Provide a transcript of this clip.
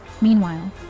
Meanwhile